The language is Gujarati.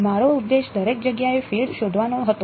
મારો ઉદ્દેશ દરેક જગ્યાએ ફીલ્ડ શોધવાનો હતો